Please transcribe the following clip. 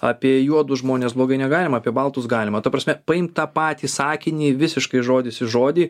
apie juodus žmones blogai negalima apie baltus galima ta prasme paimt tą patį sakinį visiškai žodis į žodį